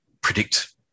predict